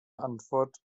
antwort